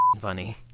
funny